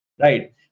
right